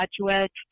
graduates